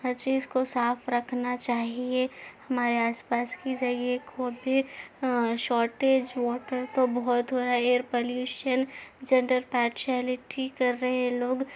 ہر چیز کو صاف رکھنا چاہیے ہمارے آس پاس کی جگہ کو بھی شارٹیج واٹر تو بہت ہو رہا ایئر پولیوشن جنڈر پارشیلٹی کر رہے ہیں لوگ